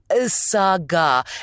saga